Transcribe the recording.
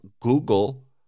Google